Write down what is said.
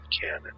cannon